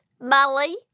Molly